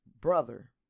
brother